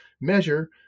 measure